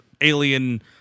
alien